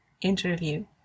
interview